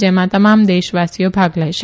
જેમાં તમામ દેશવાસીઓ ભાગ લેશે